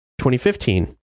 2015